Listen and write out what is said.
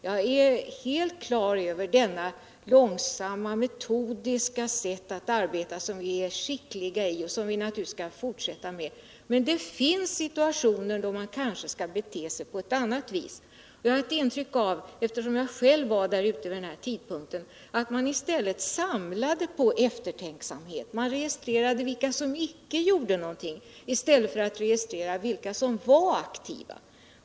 Jag är helt klar över detta långsamma, metodiska sätt att arbeta, som vi är skickliga i och som vi naturligtvis skall fortsätta med. Men det finns situationer då man kanske skall bete sig på ett annat vis. Jag var med själv vid den aktuella tidpunkten och fick intrycket att man samlade på eftertänksamhet. Man registrerade vilka som inte gjorde någonting i stället för att registrera vilka som var aktiva.